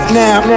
now